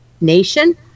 nation